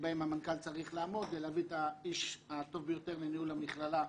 שבהם המנכ"ל צריך לעמוד ולהביא את האיש הטוב ביותר לניהול המכללה.